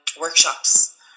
workshops